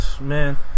Man